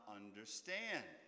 understand